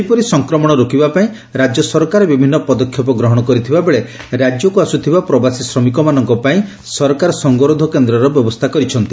ସେହିପରି ସଂକ୍ରମଶ ରୋକିବା ପାଇଁ ରାଜ୍ୟ ସରକାର ବିଭିନ୍ନ ପଦକ୍ଷେପ ଗ୍ରହଶ କରିଥିବାବେଳେ ରାଜ୍ୟକୁ ଆସୁଥିବା ପ୍ରବାସୀ ଶ୍ରମିକ ମାନଙ୍କ ପାଇଁ ସରକାର ସଙ୍ଗରୋଧ କେନ୍ଦରର ବ୍ୟବସ୍ରା କରାଯାଇଛି